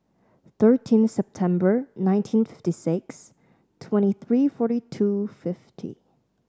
thirteen September nineteen fifty six twenty three forty two fifty